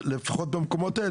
לפחות במקומות האלה,